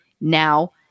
now